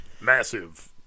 Massive